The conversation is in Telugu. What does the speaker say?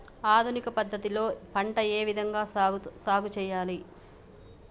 ఆధునిక పద్ధతి లో పంట ఏ విధంగా సాగు చేయాలి?